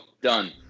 done